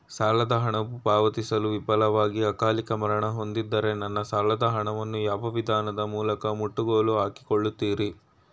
ಸಾಲದ ಹಣವು ಪಾವತಿಸಲು ವಿಫಲವಾಗಿ ಅಕಾಲಿಕ ಮರಣ ಹೊಂದಿದ್ದರೆ ನನ್ನ ಸಾಲದ ಹಣವನ್ನು ಯಾವ ವಿಧಾನದ ಮೂಲಕ ಮುಟ್ಟುಗೋಲು ಹಾಕಿಕೊಳ್ಳುತೀರಿ?